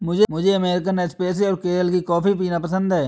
मुझे American espresso और केरल की कॉफी पीना पसंद है